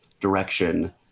direction